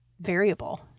variable